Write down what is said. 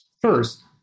First